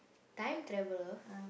time traveller